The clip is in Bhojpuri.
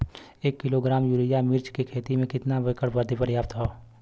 एक किलोग्राम यूरिया मिर्च क खेती में कितना एकड़ बदे पर्याप्त ह?